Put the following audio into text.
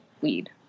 weed